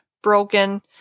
broken